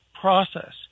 process